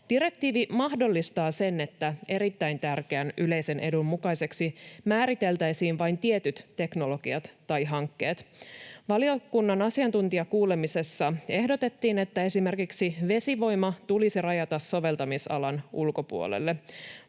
Direktiivi mahdollistaa sen, että erittäin tärkeän yleisen edun mukaiseksi määriteltäisiin vain tietyt teknologiat tai hankkeet. Valiokunnan asiantuntijakuulemisessa ehdotettiin, että esimerkiksi vesivoima tulisi rajata soveltamisalan ulkopuolelle.